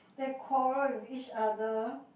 they quarrel with each other